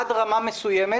עד רמה מסוימת,